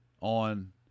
on